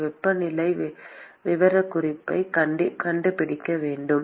வெப்பநிலை விவரக்குறிப்பைக் கண்டுபிடிக்க முடியுமா